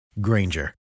Granger